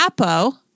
apo